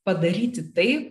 padaryti tai